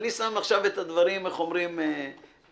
אני שם עכשיו את הדברים על השולחן.